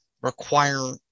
require